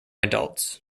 adults